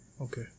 Okay